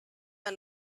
the